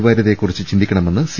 വാര്യതയെക്കുറിച്ച് ചിന്തിക്കണമെന്ന് സി